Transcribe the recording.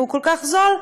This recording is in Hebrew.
והוא כל כך זול,